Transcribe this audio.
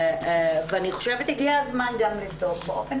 אני חושבת שהגיע הזמן גם לבדוק באופן